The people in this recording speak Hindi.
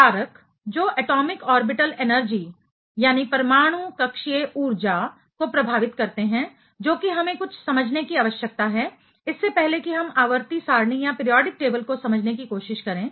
कारक जो एटॉमिक ऑर्बिटल एनर्जी परमाणु कक्षीय ऊर्जा को प्रभावित करते हैं जो कि हमें कुछ समझने की आवश्यकता है इससे पहले कि हम आवर्ती सारणी पीरियाडिक टेबल को समझने की कोशिश करें